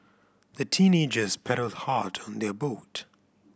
the teenagers paddled hard on their boat